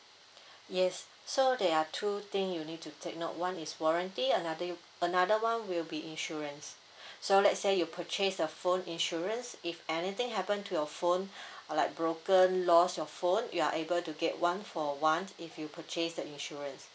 yes so there are two thing you need to take note one is warranty another y~ another one will be insurance so let's say you purchase the phone insurance if anything happen to your phone or like broken lost your phone you are able to get one for one if you purchase the insurance